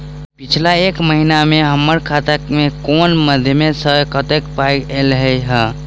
पिछला एक महीना मे हम्मर खाता मे कुन मध्यमे सऽ कत्तेक पाई ऐलई ह?